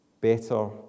Better